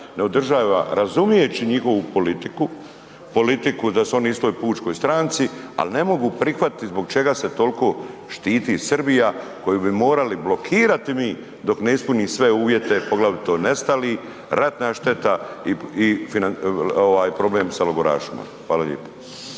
ne održava razumijeći njihovu politiku, politiku da su oni u istoj Pučkoj stranci, al ne mogu prihvatiti zbog čega se tolko štiti Srbija koju bi morali blokirati mi dok ne ispuni sve uvjete poglavito nestali, ratna šteta i problem sa logorašima. Hvala lijepo.